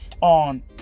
on